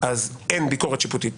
אין ביקורת שיפוטית.